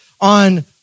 on